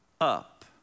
up